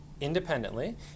independently